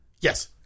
Yes